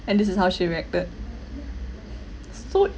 and this is how she reacted s~ so